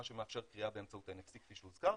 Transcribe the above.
מה שמאפשר קריאה באמצעות NFC כפי שהוזכר,